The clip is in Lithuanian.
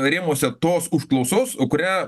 rėmuose tos užklausos kurią